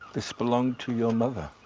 this belonged to your mother.